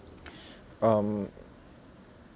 um